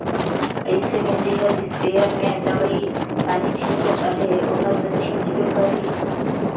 अइसे में जेहर इस्पेयर में दवई पानी छींचत अहे ओहर दो छींचबे करही